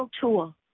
tool